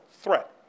threat